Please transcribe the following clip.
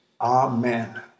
Amen